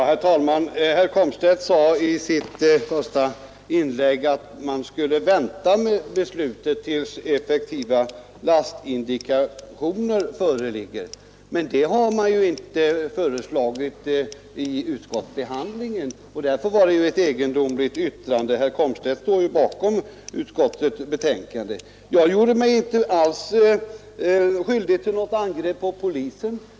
Herr talman! Herr Komstedt sade i sitt första inlägg att beslutet om den här lagstiftningen borde anstå tills effektiva lastindikationer föreligger. Men det har man inte föreslagit under utskottsbehandlingen, och därför var detta ett egendomligt yttrande. Herr Komstedt står ju bakom utskottets betänkande. Jag gjorde mig inte alls skyldig till något angrepp på polisen.